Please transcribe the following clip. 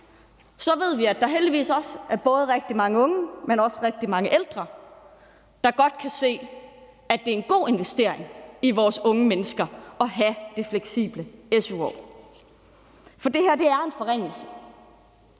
så ved vi, at der heldigvis også er både rigtig mange unge, men også rigtig mange ældre, der godt kan se, at det er en god investering i vores unge mennesker at have det fleksible su-år. Det her er en forringelse.